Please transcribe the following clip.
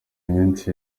iminsi